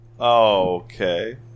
Okay